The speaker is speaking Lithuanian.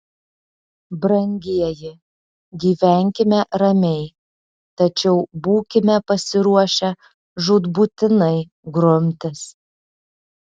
brangieji gyvenkime ramiai tačiau būkime pasiruošę žūtbūtinai grumtis